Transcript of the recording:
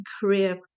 career